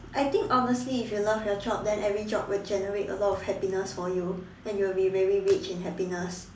I think honestly if you love your job then every job would generate a lot of happiness for you then you will be very rich in happiness